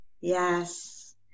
Yes